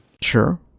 Sure